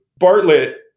Bartlett